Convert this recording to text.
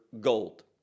gold